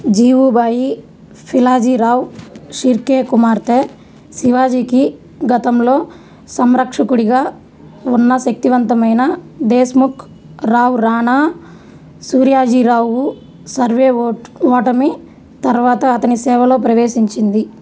జీవుబాయి పిలాజీరావ్ షిర్కే కుమార్తె శివాజీకి గతంలో సంరక్షకుడిగా ఉన్న శక్తివంతమైన దేశ్ముఖ్ రావ్ రాణా సూర్యాజీరావు సర్వే వోట్ ఓటమి తర్వాత అతని సేవలో ప్రవేశించింది